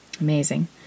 Amazing